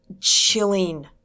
chilling